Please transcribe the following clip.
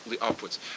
upwards